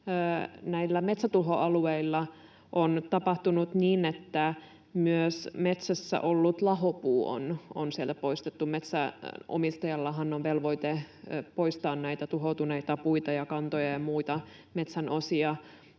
metsätuhoalueilla on tapahtunut niin, että myös metsässä ollut lahopuu on sieltä poistettu. Metsänomistajallahan on velvoite poistaa näitä tuhoutuneita puita ja kantoja ja muita metsän osia